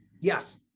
Yes